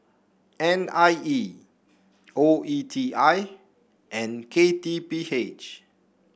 N I E O E T I and K T P H